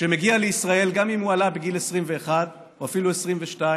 שמגיע לישראל, גם אם הוא עלה בגיל 21 או אפילו 22,